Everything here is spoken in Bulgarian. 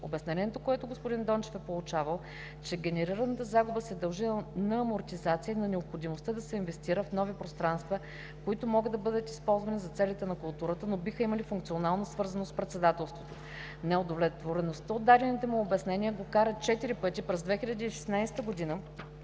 Обяснението, което господин Дончев е получавал, е, че генерираната загуба се дължи на амортизация и на необходимостта да се инвестира в нови пространства, които могат да бъдат използвани за целите на културата, но биха имали функционална свързаност с Председателството. Неудовлетвореността от дадените му обяснения го карат четири пъти през 2016 г.